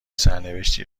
سرنوشتی